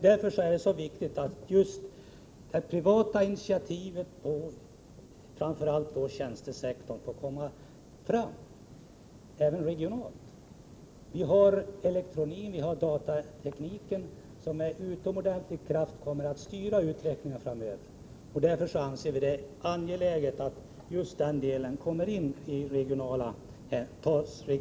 Därför är det viktigt att privata initiativ inom framför allt den sektorn får tas även på det regionala planet. Elektroniken och datatekniken kommer att med utomordentlig kraft styra utvecklingen framöver. Därför anser vi det angeläget att man tar regionala hänsyn till företag på de områdena.